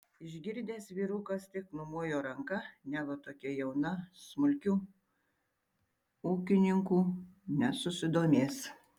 išgirdęs vyrukas tik numojo ranka neva tokia jauna smulkiu ūkininku nesusidomės